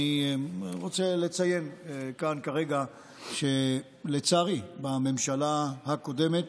אני רוצה לציין כאן כרגע שלצערי בממשלה הקודמת,